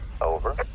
over